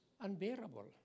unbearable